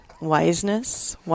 Wiseness